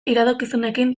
iradokizunekin